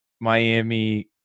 Miami